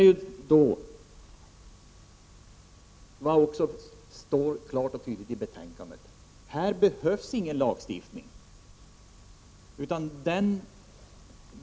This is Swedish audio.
Men i betänkandet står det klart och tydligt att här inte behövs någon lagstiftning.